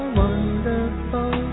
wonderful